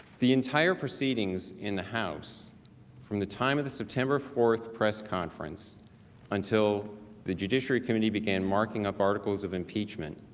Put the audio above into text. the entire proceedings in the house from the time of the september fourth press conference until the judiciary committee began marking up articles of impeachment